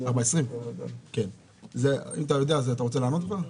4.20 אם אתה יודע, אתה רוצה כבר לענות?